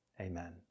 amen